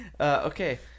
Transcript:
Okay